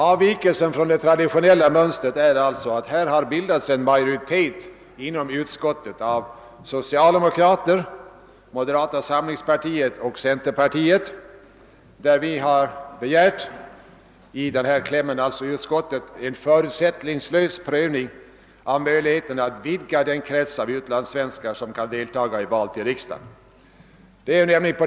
Avvikelsen från det traditionella mönstret är alltså den att det inom utskottet har bildats en majoritet av representanter för <socialdemokratiska partiet, moderata samlingspartiet och centerpartiet som i utlåtandets kläm har begärt en förutsättningslös prövning av möjligheten att vidga den krets av utlandssvenskar som får delta i val till riksdagen.